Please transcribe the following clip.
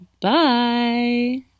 Bye